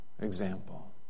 example